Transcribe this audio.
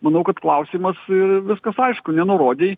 manau kad klausimas ir viskas aišku nenurodė